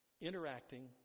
interacting